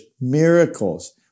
Miracles